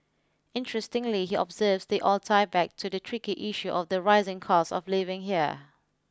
interestingly he observes they all tie back to the tricky issue of the rising cost of living here